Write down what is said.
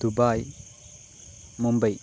Dubai Mumbai